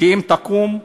אם תקום,